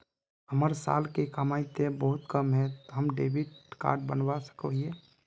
हमर साल के कमाई ते बहुत कम है ते हम डेबिट कार्ड बना सके हिये?